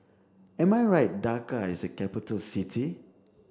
am I right Dhaka is a capital city